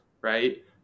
right